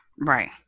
Right